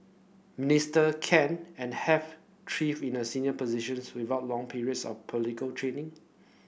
minister can and have thrived in a senior positions without long periods of political training